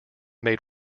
made